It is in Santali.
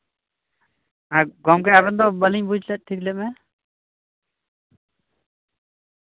ᱜᱚᱝᱠᱮ ᱟᱵᱤᱱ ᱵᱟᱞᱤᱧ ᱵᱩᱡ ᱴᱷᱤᱠ ᱞᱮᱫ ᱵᱮᱱᱟ